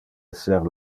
esser